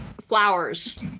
flowers